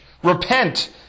Repent